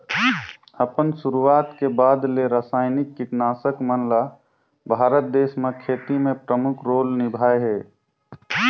अपन शुरुआत के बाद ले रसायनिक कीटनाशक मन ल भारत देश म खेती में प्रमुख रोल निभाए हे